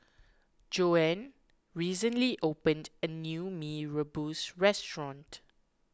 Joann recently opened a new Mee Rebus restaurant